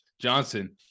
Johnson